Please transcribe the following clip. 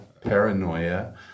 paranoia